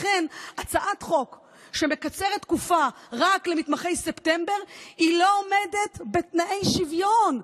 לכן הצעת חוק שמקצרת תקופה רק למתמחי ספטמבר לא עומדת בתנאי שוויון,